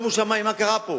שומו שמים, מה קרה פה.